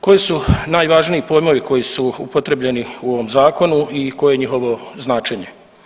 Koji su najvažniji pojmovi koji su upotrijebljeni u ovom zakonu i koje je njihovo značenje?